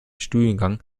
studiengang